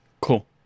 Cool